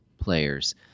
players